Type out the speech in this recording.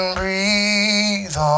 breathe